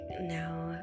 now